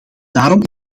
daarom